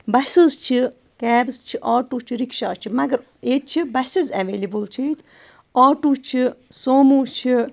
buses چھِ cabs چھِ auto چھِ رِکشاز چھِ مگر ییٚتہِ چھِ بَسٕز اٮ۪ویلیبٕل چھِ ییٚتہِ آٹوٗ چھِ سوموٗ چھِ